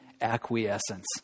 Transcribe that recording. acquiescence